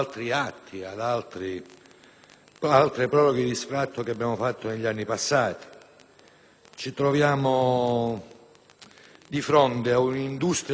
e a proroghe di sfratto che abbiamo votato negli anni passati. Ci troviamo di fronte ad un'industria delle costruzioni